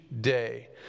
day